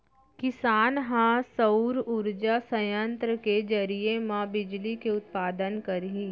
किसान ह सउर उरजा संयत्र के जरिए म बिजली के उत्पादन करही